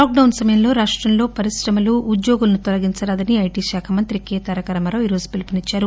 Lok down సమయంలో రాష్టంలో పరిశ్రమలు ఉద్యోగులను తొలగించరాదని ఐటి శాఖ మంత్రి కె తారకరామారావు ఈ రోజు పిలుపునిచ్చారు